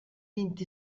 vint